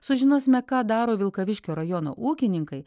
sužinosime ką daro vilkaviškio rajono ūkininkai